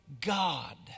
God